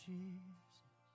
Jesus